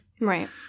Right